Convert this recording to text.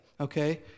okay